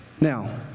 Now